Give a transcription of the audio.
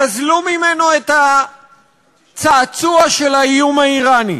גזלו ממנו את הצעצוע של האיום האיראני,